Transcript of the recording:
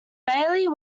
bailey